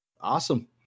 Awesome